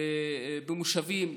במושבים,